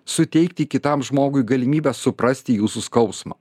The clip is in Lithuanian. suteikti kitam žmogui galimybę suprasti jūsų skausmą